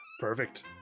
perfect